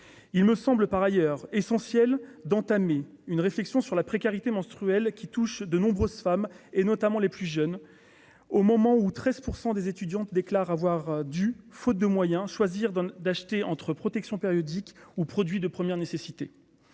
il me semble par ailleurs essentiel d'entamer une réflexion sur la précarité menstruelle qui touche de nombreuses femmes et notamment les plus jeunes au moment où 13 % des étudiantes déclarent avoir dû, faute de moyens, choisir d'acheter entre protections périodiques ou produits de première nécessité,